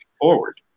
forward